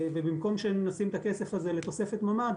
ובמקום שנשים את הכסף הזה לתוספת ממ"ד,